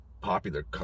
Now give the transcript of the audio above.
popular